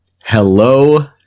Hello